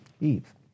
Eve